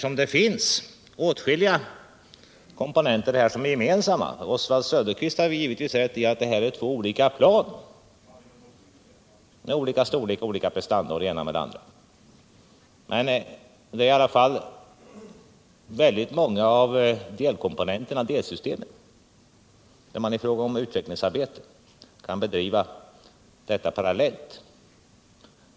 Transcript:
Oswald Söderqvist har givetvis rätt i att det rör sig om två olika plan av olika storlek, med olika prestanda etc. Åtskilliga komponenter är gemensamma, varför utvecklingsarbetet kan bedrivas parallellt.